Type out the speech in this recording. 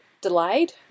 delayed